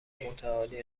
متعالی